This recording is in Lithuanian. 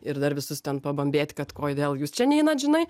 ir dar visus ten pabambėt kad kodėl jūs čia neinat žinai